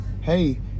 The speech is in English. hey